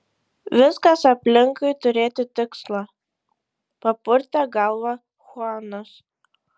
viskas aplinkui turėti tikslą papurtė galvą chuanas